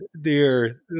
dear